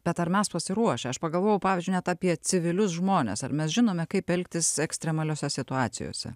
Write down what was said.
bet ar mes pasiruošę aš pagalvojau pavyzdžiui net apie civilius žmones ar mes žinome kaip elgtis ekstremaliose situacijose